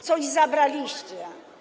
Coś zabraliście.